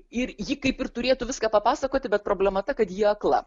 ir ji kaip ir turėtų viską papasakoti bet problema ta kad ji akla